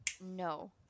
No